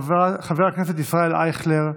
חבר הכנסת ישראל אייכלר,